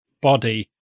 body